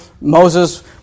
Moses